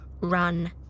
run